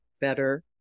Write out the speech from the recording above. better